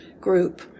group